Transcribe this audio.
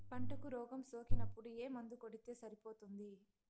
పంటకు రోగం సోకినపుడు ఏ మందు కొడితే సరిపోతుంది?